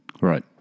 right